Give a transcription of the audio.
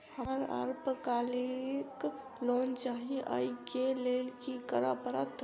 हमरा अल्पकालिक लोन चाहि अई केँ लेल की करऽ पड़त?